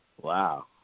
Wow